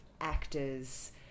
actors